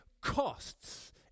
costs